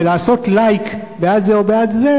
ולעשות "לייק" בעד זה או בעד זה,